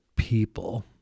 people